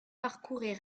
parcourait